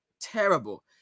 Terrible